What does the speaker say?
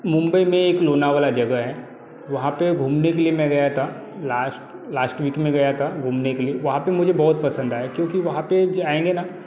मुंबई में एक लूनावला जगह है वहाँ पर घूमने के लिए मैं गया था लास्ट लास्ट वीक मैं गया था घूमने के लिए वहाँ पर मुझे वहाँ पसंद आया क्योंकि वहाँ पर जाएंगे ना